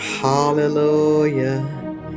hallelujah